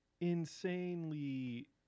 insanely